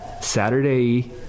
Saturday